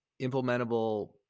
implementable